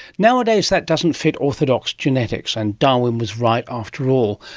nowadays that doesn't fit orthodox genetics, and darwin was right, after all.